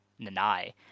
Nanai